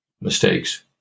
mistakes